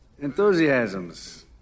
Enthusiasms